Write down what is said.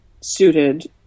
suited